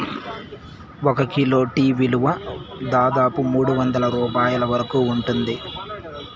ఒక kilo tea విలువ దాదాపు మూడువందల రూపాయల వరకు ఉంటుంది